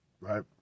right